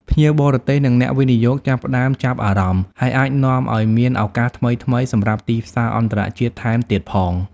ភ្ញៀវបរទេស និងអ្នកវិនិយោគចាប់ផ្តើមចាប់អារម្មណ៍ ហើយអាចនាំឲ្យមានឱកាសថ្មីៗសម្រាប់ទីផ្សារអន្តរជាតិថែមទៀតផង។